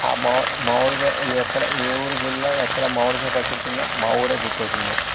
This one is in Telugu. ఆ మా మామిడికాయ ఎక్కడ ఏ ఊరికి వెళ్ళినా ఎక్కడ మామిడికాయ పచ్చడి తిన్నా మా ఊరు గుర్తు వస్తుంది